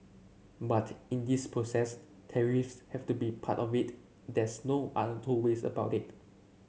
but in this process tariffs have to be part of it there's no other two ways about it